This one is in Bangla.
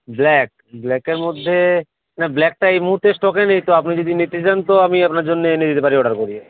ব্ল্যাক ব্ল্যাকের মধ্যে না ব্ল্যাকটা এই মুহুর্তে স্টকে নেই তো আপনি যদি নিতে চান তো আমি আপনার জন্য এনে দিতে পারি অডার করিয়ে